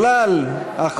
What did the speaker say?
בכלל,